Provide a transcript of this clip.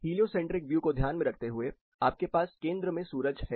heliocentric view को ध्यान में रखते हुए आपके पास केंद्र में सूरज है